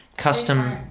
custom